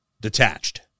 detached